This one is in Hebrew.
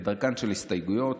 כדרכן של הסתייגויות,